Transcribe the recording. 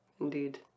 Indeed